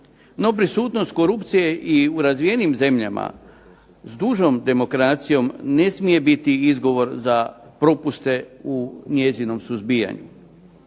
No, prisutnost korupcije i u razvijenijim zemljama s dužom demokracijom ne smije biti izgovor za propuste u njezinom suzbijanju.